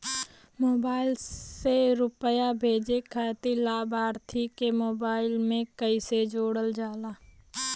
Mobile से रूपया भेजे खातिर लाभार्थी के मोबाइल मे कईसे जोड़ल जाला?